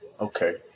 Okay